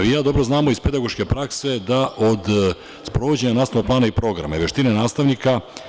Vi i ja znamo iz pedagoške prakse da od sprovođenja nastavnog plana i programa i veštine nastavnika…